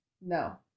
No